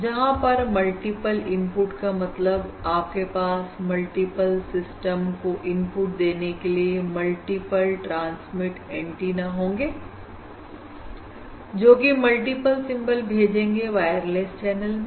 जहां पर multiple input का मतलब आपके पास मल्टीपल सिस्टम को इनपुट देने के लिए मल्टीपल ट्रांसमिटएंटीना होंगे जोकि मल्टीपल सिंबल भेजेंगे वायरलेस चैनल में